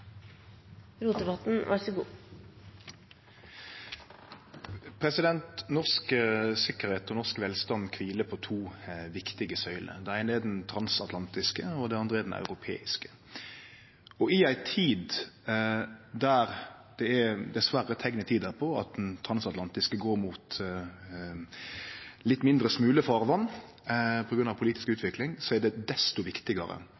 mot slutten, så eg seier takk for meg. Norsk sikkerheit og norsk velstand kviler på to viktige søyler. Den eine er den transatlantiske, og den andre er den europeiske. I ei tid der det dessverre er teikn på at den transatlantiske går mot litt mindre smule farvatn på grunn av den politiske utviklinga, er det desto viktigare